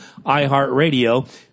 iHeartRadio